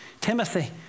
Timothy